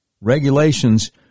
regulations